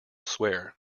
swear